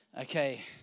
Okay